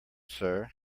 sir